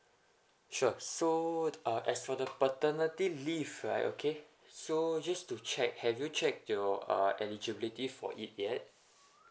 sure so uh as for the paternity leave right okay so just to check have you check your uh eligibility for it yet